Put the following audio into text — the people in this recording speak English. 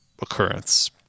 occurrence